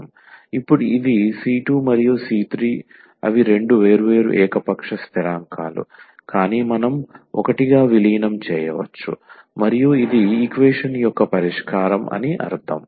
ఇప్పుడు ఇది c2మరియు c3 అవి రెండు వేర్వేరు ఏకపక్ష స్థిరాంకాలు కానీ మనం ఒకటిగా విలీనం చేయవచ్చు మరియు ఇది ఈక్వేషన్ యొక్క పరిష్కారం అని అర్థం